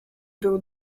był